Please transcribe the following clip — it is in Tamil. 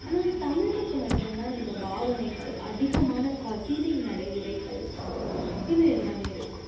ஆனால் தமிழுக்கு மட்டுந்தான் இந்த பாவனைகள் அதிகமான கவிதை நடை உரைகள் இது எல்லாமே இருக்கும்